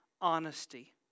honesty